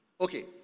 Okay